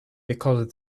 because